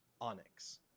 onyx